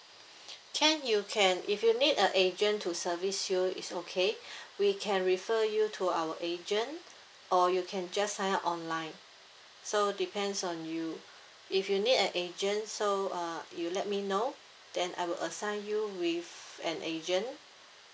can you can if you need a agent to service you it's okay we can refer you to our agent or you can just sign up online so depends on you if you need an agent so uh you let me know then I will assign you with an agent